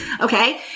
okay